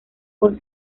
por